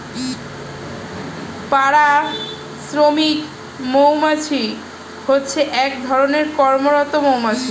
পাড়া শ্রমিক মৌমাছি হচ্ছে এক ধরণের কর্মরত মৌমাছি